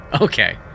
Okay